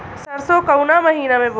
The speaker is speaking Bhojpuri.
सरसो काउना महीना मे बोआई?